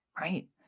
right